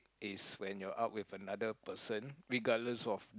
is when you are out with another person regardless of